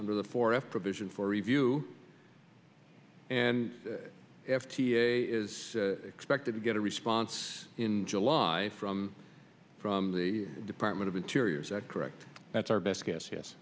the four f provision for review and f t a is expected to get a response in july from from the department of interior is that correct that's our best guess yes